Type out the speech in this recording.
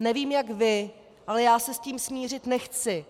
Nevím jak vy, ale já se s tím smířit nechci!